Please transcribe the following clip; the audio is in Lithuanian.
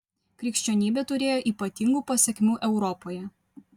krikščionybė turėjo ypatingų pasekmių europoje